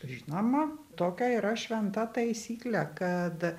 žinoma tokia yra šventa taisyklė kad